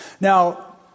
Now